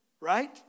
Right